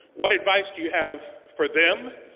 what advice do you have for them?